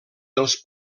dels